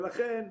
ולכן,